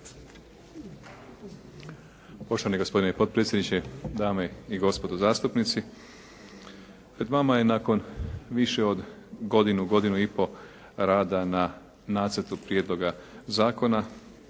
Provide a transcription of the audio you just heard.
Poštovani gospodine potpredsjedniče, dame i gospodo zastupnici. Pred vama je nakon više od godinu, godinu i po rada na nacrtu prijedloga zakona